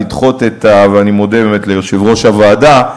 ואני מודה ליושב-ראש הוועדה.